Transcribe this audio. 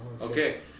Okay